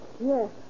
Yes